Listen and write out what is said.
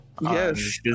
Yes